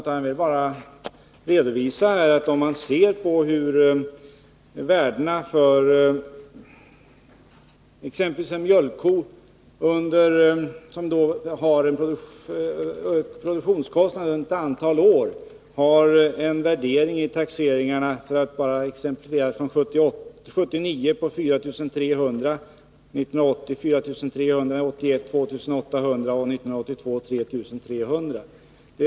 Jag vill bara redovisa ett exempel på djurvärden under ett antal år, nämligen för en mjölkko. Produktionskostnaderna uppgick år 1979 till 4 300 kronor, år 1980 till 4 300 kronor, år 1981 till 2 800 kronor och uppgår år 1982 till 3 300 kronor.